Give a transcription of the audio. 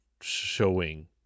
showing